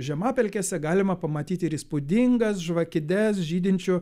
žemapelkėse galima pamatyti ir įspūdingas žvakides žydinčių